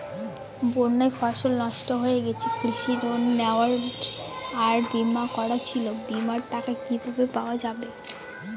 বন্যায় ফসল নষ্ট হয়ে গেছে কৃষি ঋণ নেওয়া আর বিমা করা ছিল বিমার টাকা কিভাবে পাওয়া যাবে?